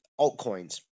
altcoins